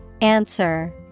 Answer